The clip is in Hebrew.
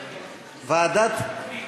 פנים.